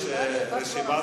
ברק.